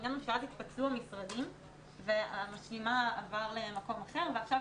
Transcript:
אז התפצלו המשרדים והמשלימה עבר למקום אחר ועכשיו